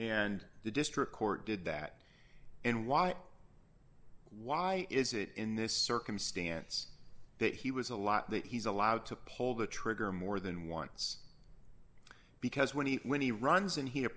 and the district court did that and why why is it in this circumstance that he was a lot that he's allowed to pull the trigger more than once because when he when he runs and he